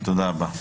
תודה רבה.